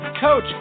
coach